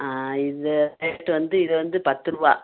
ஆ இது ரேட்டு வந்து இது வந்து பத்து ரூபா